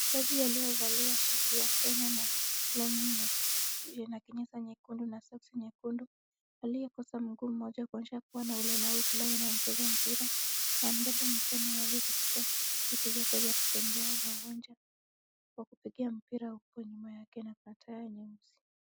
Mchezaji aliyevalia shati ya Kenya na longi na kinyasa nyekundu na soksi nyekundu aliyekosa mguu moja kuonyesha kuwa ana ulemavu na anacheza mpira, amebeba mikono yake katika vitu vyake vya kutembea na uwanja wa kupigia mpira uko nyuma yake na pataye nyeusi.